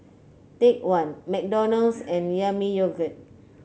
Take One McDonald's and Yami Yogurt